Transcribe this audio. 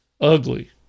ugly